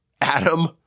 Adam